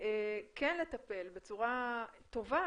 כן לטפל בצורה טובה,